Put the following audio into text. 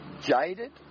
jaded